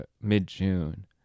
mid-June